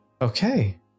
okay